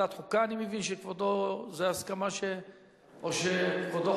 חוק שירות המדינה (מינויים) (תיקון,